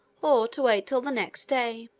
or to wait till the next day.